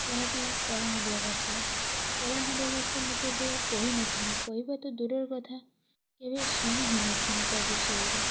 ଯାହା କି କଳାହାଣ୍ଡିଆ ଭାଷା କଳାହାଣ୍ଡିଆ ଭାଷା ମୁଁ କେବେ କହି ନଥିନି କହିବା ତ ଦୂରର କଥା କେବେ ଶୁଣି ହିଁ ନଥିନି ତା ବିଷୟରେ